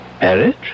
Marriage